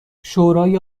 شورای